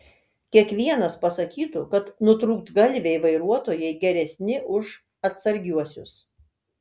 kiekvienas pasakytų kad nutrūktgalviai vairuotojai geresni už atsargiuosius